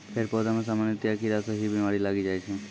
पेड़ पौधा मॅ सामान्यतया कीड़ा स ही बीमारी लागी जाय छै